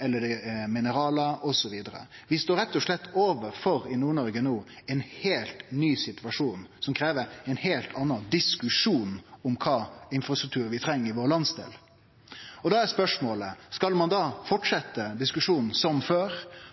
eller mineral, osv. I Nord-Noreg no står vi rett og slett overfor ein heilt ny situasjon som krev ein heilt annan diskusjon om kva for infrastruktur vi treng i vår landsdel. Da er spørsmålet: Skal ein fortsetje diskusjonen som før,